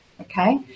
okay